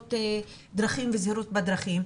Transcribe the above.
לתאונות דרכים וזהירות בדרכים,